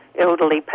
elderly